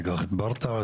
תיקח את ברטעה,